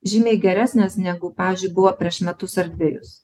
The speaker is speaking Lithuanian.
žymiai geresnės negu pavyzdžiui buvo prieš metus ar dvejus